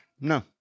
No